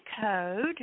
code